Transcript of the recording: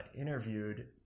interviewed